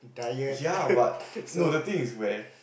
yea but no the thing is where